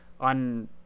on